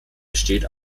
besteht